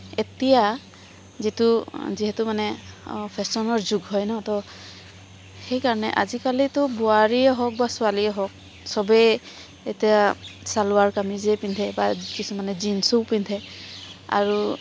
এতিয়া যিটো যিহেতু মানে ফেশ্বনৰ যুগ হয় ন তহ সেইকাৰণে আজিকালিতো বোৱাৰীয়ে হওক বা ছোৱালীয়েই হওক চবেই ছালোৱাৰ কামিজেই পিন্ধে বা কিছুমানে মানে জিনচো পিন্ধে আৰু